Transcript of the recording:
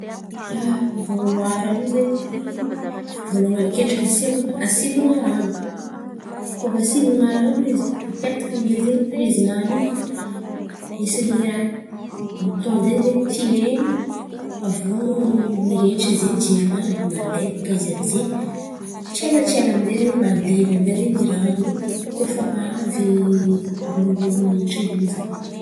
Ia, boloara io zen̈y volongany akendriky asian̈a asiavan̈a ran̈o koa fa asiavan̈a ran̈o izy napetaka zen̈y pirizi-nany misy raha botoa zen̈y tiren̈y. Aviô miretry jiro-nany mandeha baka izy amizen̈y tsy ela tsy ela zen̈y mandevy amizay zen̈y irano koa fa mahavy roaroa minitra io zen̈y.